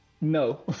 No